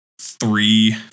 three